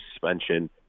suspension